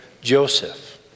Joseph